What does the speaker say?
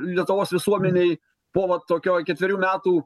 lietuvos visuomenei po va tokio ketverių metų